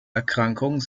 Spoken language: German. erkrankung